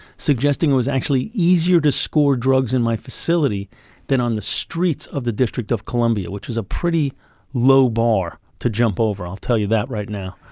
suggesting it was actually easier to score drugs in my facility than on the streets of the district of columbia, which was a pretty low bar to jump over, i'll tell you that right now.